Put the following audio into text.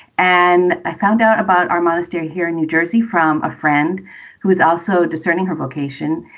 and i found out about our monastery here in new jersey from a friend who is also discerning her vocation.